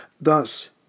Thus